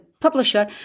publisher